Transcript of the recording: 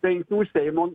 penkių seimon